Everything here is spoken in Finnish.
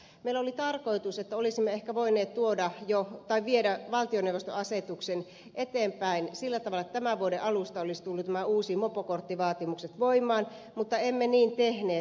meillä oli tarkoitus että olisimme ehkä voineet viedä valtioneuvoston asetuksen eteenpäin sillä tavalla että tämän vuoden alusta olisivat tulleet nämä uudet mopokorttivaatimukset voimaan mutta emme niin tehneet